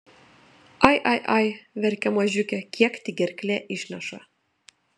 ai ai ai verkia mažiukė kiek tik gerklė išneša